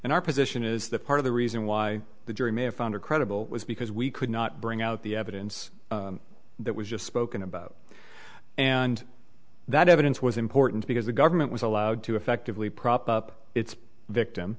position is that part of the reason why the jury may have found a credible was because we could not bring out the evidence that was just spoken about and that evidence was important because the government was allowed to effectively prop up its victim